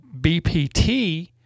BPT